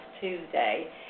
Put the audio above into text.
Tuesday